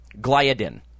gliadin